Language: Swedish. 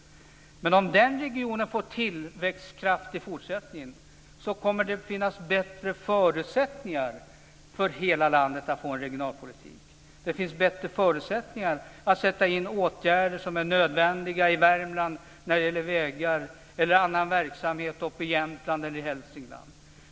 Men om den regionen får tillväxtkraft i fortsättningen kommer det att finnas bättre förutsättningar för regionalpolitiken i hela landet. Det finns bättre förutsättningar för att sätta in nödvändiga åtgärder i Värmland när det gäller vägar eller annan verksamhet uppe i Jämtland eller i Hälsingland.